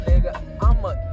I'ma